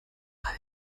mal